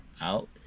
out